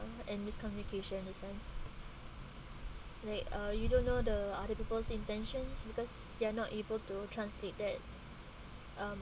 and miscommunication in a sense like uh you don't know the other people's intentions because they're not able to translate that um